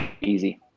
easy